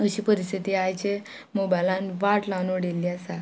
अशी परिस्थिती आयचे मोबायलान वाट लावन उडयल्ली आसा